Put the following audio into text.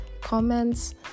comments